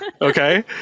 Okay